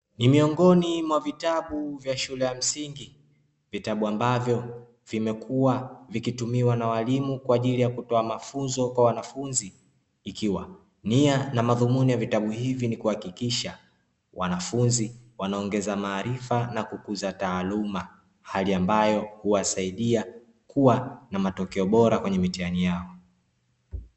Ni miongoni mwa vitabu vya shule ya msingi, vitabu ambavyo vimekuwa vikitumiwa na walimu kwa ajili ya kutoa mafunzo kwa wanafunzi, ikiwa nia na madhumuni ya vitabu hivi ni kuhakikisha wanafunzi wanaongeza maarifa na kukuza taaluma, hali ambayo huwasaidia kuwa na matokeo bora kwenye mitihani yao.